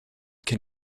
can